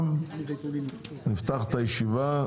בוקר טוב לכולם, נפתח את הישיבה.